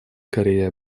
корея